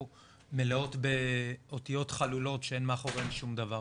מלאות באותיות חלולות שאין מאחוריהן שום דבר,